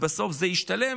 ובסוף זה ישתלם,